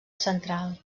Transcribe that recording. central